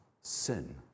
sin